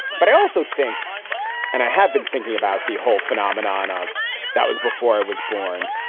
but i also think and i have been thinking about the whole phenomenon of that was before i was born.